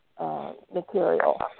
material